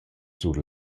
sur